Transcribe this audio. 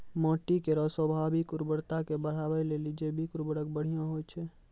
माटी केरो स्वाभाविक उर्वरता के बढ़ाय लेलि जैविक उर्वरक बढ़िया होय छै